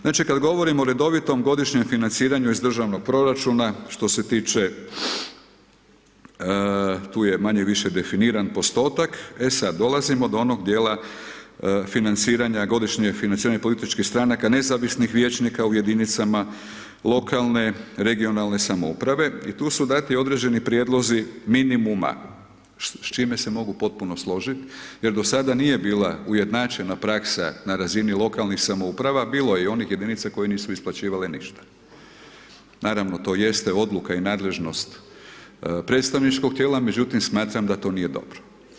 Znači, kad govorimo o redovitom godišnjem financiranju iz državnog proračuna, što se tiče, tu je manje-više definiran postotak, e sad dolazimo do onog dijela financiranja, godišnje financiranje političkih stranaka, nezavisnih vijećnika u jedinicama lokalne, regionalne samouprave, i tu su dati određeni prijedlozi minimuma, s čime se mogu potpuno složit, jer do sada nije bila ujednačena praksa na razini lokalnih samouprava, bilo je i onih jedinica koje nisu isplaćivale ništa, naravno to jeste odluka i nadležnost predstavničkog tijela, međutim smatram da to nije dobro.